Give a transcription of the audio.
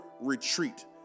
retreat